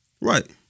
Right